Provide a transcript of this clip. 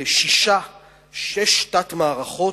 לשש תת-מערכות.